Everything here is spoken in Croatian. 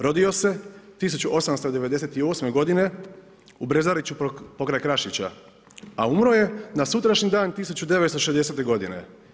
Rodio se 1898. godine u Brezariču pokraj Krašića, a umro je na sutrašnji dan 1960. godine.